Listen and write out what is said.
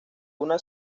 una